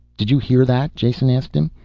did you hear that? jason asked him.